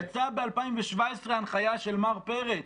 יצאה ב-2017 הנחיה של מר פרץ.